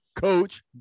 Coach